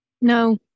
No